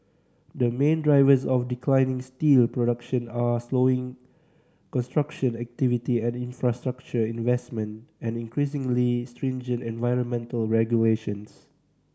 the main drivers of declining steel production are slowing construction activity and infrastructure investment and increasingly stringent environmental regulations